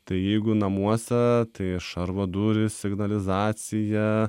tai jeigu namuose tai šarvo durys signalizacija